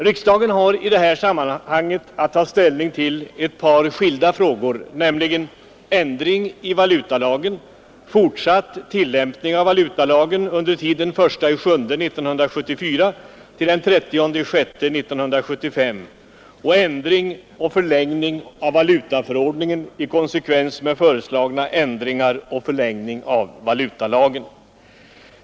Riksdagen har i detta sammanhang att ta ställning till ett par skilda frågor, nämligen ändring i valutalagen, fortsatt tillämpning av valutalagen under tiden fr.o.m. den 1 juli 1974 t.o.m. den 30 juni 1975 samt ändring och förlängning av valutaförordningen i konsekvens med föreslagna ändringar och förlängning av valutalagen.